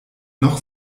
noch